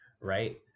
right